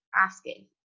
asking